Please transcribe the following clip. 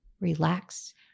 relax